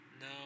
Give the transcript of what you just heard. No